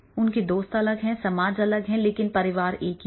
उनके दोस्त अलग हैं समाज अलग है लेकिन परिवार एक ही है